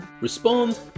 Respond